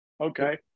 Okay